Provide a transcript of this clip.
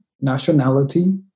nationality